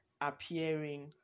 appearing